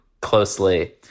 closely